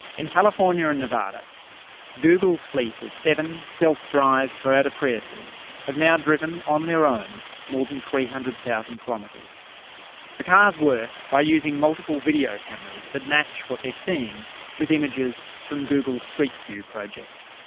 in california and nevada google's fleet of seven self-drive toyota priuses have now driven on their own more than three hundred thousand kilometres. the cars work by using multiple video cameras that match what they're seeing with images from google's street view project.